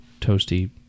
toasty